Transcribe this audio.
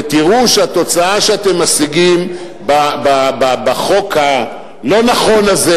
ותראו שהתוצאה שאתם משיגים בחוק הלא-נכון הזה